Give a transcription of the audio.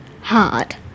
Hard